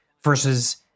versus